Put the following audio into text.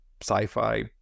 sci-fi